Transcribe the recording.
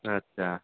अच्छा